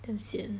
damn sian